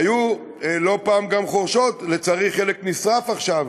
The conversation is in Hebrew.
היו לא פעם גם חורשות, לצערי, חלק נשרפו עכשיו,